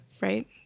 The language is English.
right